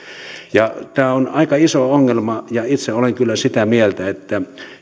tämä on aika iso ongelma ja itse olen kyllä sitä mieltä että